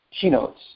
keynotes